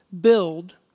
build